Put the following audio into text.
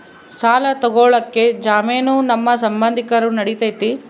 ಸಾಲ ತೊಗೋಳಕ್ಕೆ ಜಾಮೇನು ನಮ್ಮ ಸಂಬಂಧಿಕರು ನಡಿತೈತಿ?